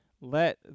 let